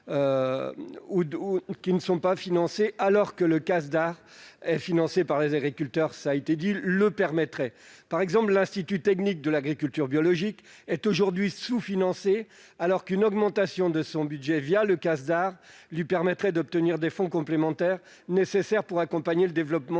ne sont pas financés, alors que le Casdar, qui est financé par les agriculteurs, le permettrait. Par exemple, l'Institut technique de l'agriculture biologique est aujourd'hui sous-financé ; une augmentation de son budget le Casdar lui permettrait d'obtenir des fonds complémentaires nécessaires pour accompagner le développement